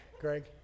Greg